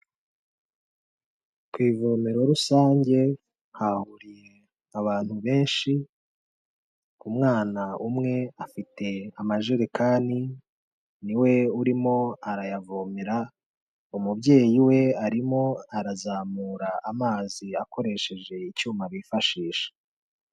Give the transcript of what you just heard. Ku ivomero rusange hahuriye abantu benshi, umwana umwe afite amajerekani niwe urimo arayavomera, umubyeyi we arimo arazamura amazi akoresheje icyuma bifashisha.